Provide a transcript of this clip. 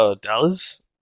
Dallas